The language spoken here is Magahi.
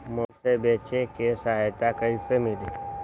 मोबाईल से बेचे में सहायता कईसे मिली?